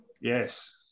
Yes